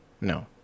no